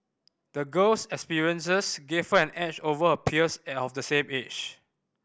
the girl's experiences gave her an edge over her peers at of the same age